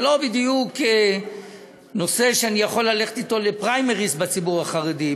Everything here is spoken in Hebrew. זה לא בדיוק נושא שאני יכול ללכת אתו לפריימריז בציבור החרדי,